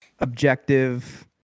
objective